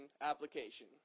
application